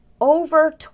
over